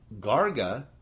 Garga